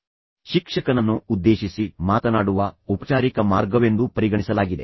ಆದರೆ ಇದನ್ನು ಇನ್ನೂ ಶಿಕ್ಷಕನನ್ನು ಉದ್ದೇಶಿಸಿ ಮಾತನಾಡುವ ಔಪಚಾರಿಕ ಮಾರ್ಗವೆಂದು ಪರಿಗಣಿಸಲಾಗಿದೆ